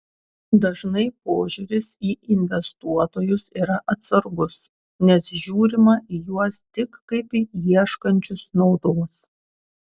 dažnai požiūris į investuotojus yra atsargus nes žiūrima į juos tik kaip į ieškančius naudos